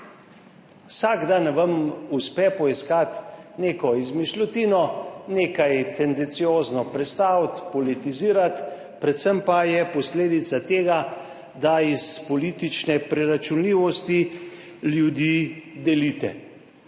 Vsak dan vam uspe poiskati neko izmišljotino, nekaj tendenciozno prestaviti, politizirati, predvsem pa je posledica tega, da iz politične preračunljivosti ljudi delite.